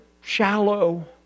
shallow